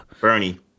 Bernie